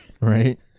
Right